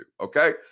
Okay